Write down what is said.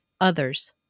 others